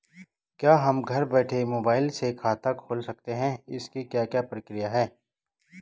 क्या हम घर बैठे मोबाइल से खाता खोल सकते हैं इसकी क्या प्रक्रिया है?